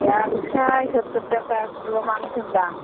একশো সত্তর টাকা এক কিলো মাংসের দাম